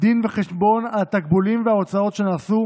דין וחשבון על התקבולים וההוצאות שנעשו